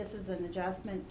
this is an adjustment